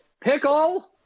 Pickle